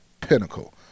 pinnacle